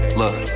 look